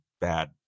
bad